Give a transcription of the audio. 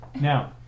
Now